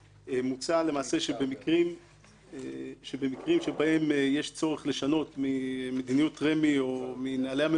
מוצע שבמקרים שבהם יש צורך לשנות ממדיניות רמ"י או מנהלי הממונה,